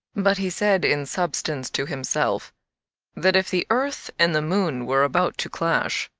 but he said, in substance, to himself that if the earth and the moon were about to clash,